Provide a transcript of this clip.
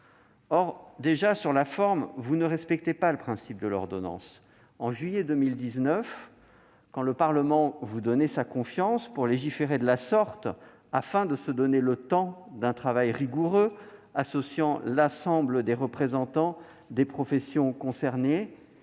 ». Sur la forme, vous ne respectez pas le principe de l'ordonnance. En juillet 2019, le Parlement vous donnait sa confiance pour légiférer de la sorte, afin de vous donner le temps d'un travail rigoureux associant l'ensemble des représentants des professions concernées.